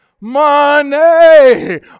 money